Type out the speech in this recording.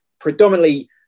predominantly